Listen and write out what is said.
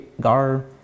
Gar